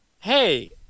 hey